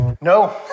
No